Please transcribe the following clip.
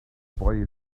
boy